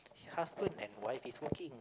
husband and wife is working